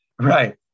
Right